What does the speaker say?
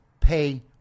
pay